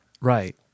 Right